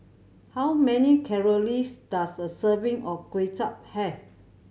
how many calories does a serving of Kway Chap have